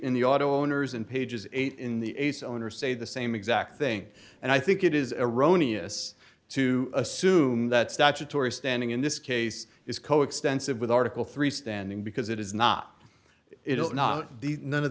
in the auto owners and pages eight in the owners say the same exact thing and i think it is erroneous to assume that statutory standing in this case is coextensive with article three standing because it is not it is not none of